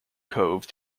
cove